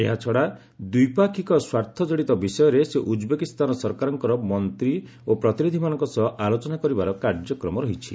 ଏହାଛଡ଼ା ଦ୍ୱିପାକ୍ଷିକ ସ୍ୱାର୍ଥଜଡ଼ିତ ବିଷୟରେ ସେ ଉଜ୍ବେକିସ୍ତାନ ସରକାରଙ୍କର ମନ୍ତ୍ରୀ ଓ ପ୍ରତିନିଧିମାନଙ୍କ ସହ ଆଲୋଚନା କରିବାର କାର୍ଯ୍ୟକ୍ରମ ରହିଛି